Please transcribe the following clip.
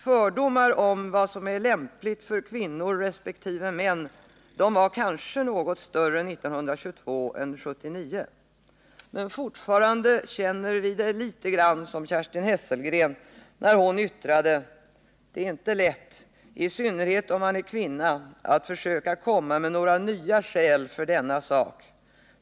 Fördomarna om vad som är lämpligt för kvinnor resp. män var kanske något större 1922 än 1979, men fortfarande känner vi det litet grand som Kerstin Hesselgren, när hon yttrade: ”Det är inte lätt, i synnerhet om man är kvinna, att försöka att komma med några nya skäl för denna sak.